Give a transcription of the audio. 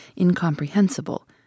incomprehensible